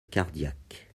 cardiaque